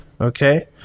Okay